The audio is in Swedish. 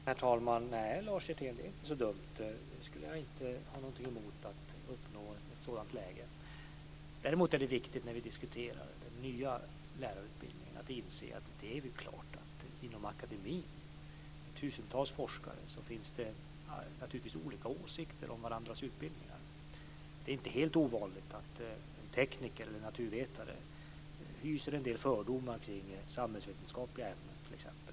Herr talman! Nej, det är inte så dumt, Lars Hjertén. Jag skulle inte ha någonting emot att uppnå ett sådant läge. Däremot är det viktigt när vi diskuterar den nya lärarutbildningen att vi inser att det inom akademin, med tusentals forskare, naturligtvis finns olika åsikter om varandras utbildningar. Det är inte helt ovanligt att t.ex. en tekniker eller naturvetare hyser en del fördomar kring samhällsvetenskapliga ämnen.